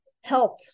help